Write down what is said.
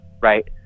right